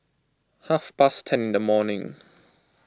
half past ten in the morning